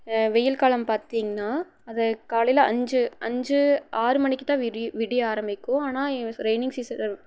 வெயில் காலம் பார்த்திங்ன்னா அது காலையில் அஞ்சு அஞ்சு ஆறு மணிக்குதான் விடியும் விடிய ஆரம்பிக்கும் ஆனால் ரெய்னிங் சீசனில்